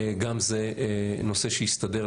גם זה נושא שיסתדר.